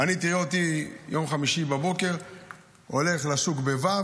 אני, תראה אותי ביום חמישי בבוקר הולך לשוק ב-ו',